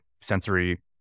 sensory